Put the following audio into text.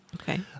Okay